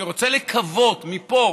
ואני רוצה לקוות מפה,